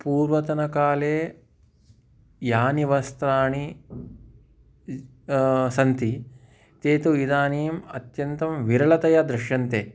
पूर्वतनकाले यानि वस्त्राणि सन्ति ते तु इदानीम् अत्यन्तं विरलतया दृश्यन्ते